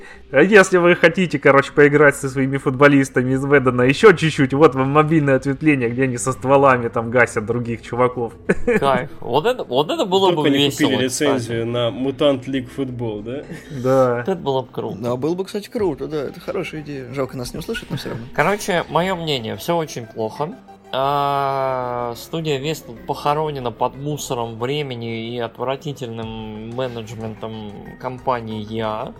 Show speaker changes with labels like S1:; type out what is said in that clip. S1: А если вы хотите, короче, поиграть со своими футболистами из Ведена ещё чуть-чуть, вот вам мобильное ответвление, где они со стволами там гасят других чуваков.
S2: Кайф. Вот это- вот это было
S3: Только
S2: бы
S3: не купили
S2: весело,
S3: лицензию
S2: кстати.
S3: на Mutant League Football, да?
S1: Да.
S2: Вот это было бы круто.
S4: Да, было бы, кстати, круто, да, это хорошая идея. Жалко, нас не услышат, но всё равно.
S2: Короче, моё мнение, всё очень плохо. А, студия Westwood похоронена под мусором времени и отвратительным менеджментом компании EA.